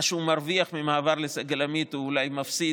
מה שהוא מרוויח ממעבר לסגל עמית הוא אולי מפסיד